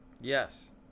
Yes